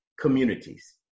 communities